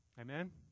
Amen